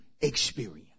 experience